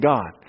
God